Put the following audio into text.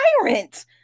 tyrant